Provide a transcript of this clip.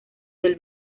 del